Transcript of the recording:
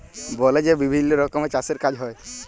বলে যে বিভিল্ল্য রকমের চাষের কাজ হ্যয়